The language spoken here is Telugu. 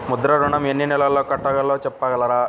ముద్ర ఋణం ఎన్ని నెలల్లో కట్టలో చెప్పగలరా?